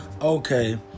Okay